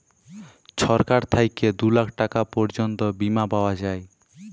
ছরকার থ্যাইকে দু লাখ টাকা পর্যল্ত বীমা পাউয়া যায়